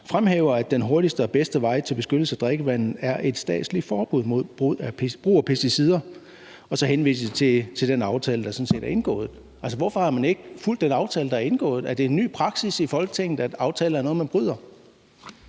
fremhæver, at den hurtigste og bedste vej til beskyttelse af drikkevandet er et statsligt forbud mod brug af pesticider og så henvise til den aftale, der sådan set er indgået. Hvorfor har man ikke fulgt den aftale, der er indgået? Er det en ny praksis i Folketinget, at aftaler er noget, man bryder?